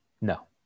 no